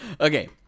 Okay